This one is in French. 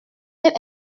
elle